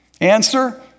Answer